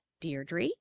Deirdre